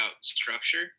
structure